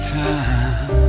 time